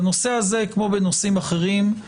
בנושא הזה כמו בנושאים אחרים,